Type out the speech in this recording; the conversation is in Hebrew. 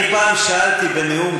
אני פעם שאלתי בנאום,